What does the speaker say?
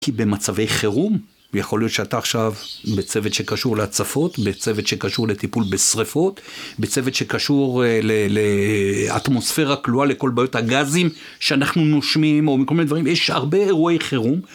כי במצבי חירום, יכול להיות שאתה עכשיו בצוות שקשור להצפות, בצוות שקשור לטיפול בשריפות, בצוות שקשור לאטמוספירה כלואה לכל בעיות הגזים שאנחנו נושמים, או מכל מיני דברים, יש הרבה אירועי חירום.